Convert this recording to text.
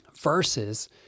Versus